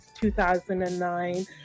2009